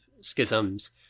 schisms